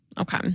Okay